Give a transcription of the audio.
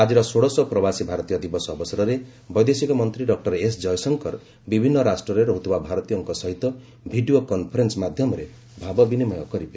ଆଜିର ଷୋଡ଼ଶ ପ୍ରବାସୀ ଭାରତୀୟ ଦିବସ ଅବସରରେ ବୈଦେଶିକ ମନ୍ତ୍ରୀ ଡକ୍କର ଏସ୍ ଜୟଶଙ୍କର ବିଭିନ୍ନ ରାଷ୍ଟ୍ରରେ ରହିଥିବା ଭାରତୀୟଙ୍କ ସହିତ ଭିଡ଼ିଓ କନ୍ଫରେନ୍ସ ମାଧ୍ୟମରେ ଭାବ ବିନିମୟ କରିବେ